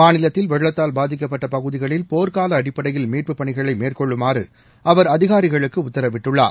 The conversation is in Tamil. மாநிலத்தில் வெள்ளத்தால் பாதிக்கப்பட்ட பகுதிகளில் போர்க்கால அடிப்படையில் மீட்புப் பணிகளை மேற்கொள்ளுமாறு அவர் அதிகாரிகளுக்கு உத்தரவிட்டுள்ளார்